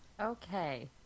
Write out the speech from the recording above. Okay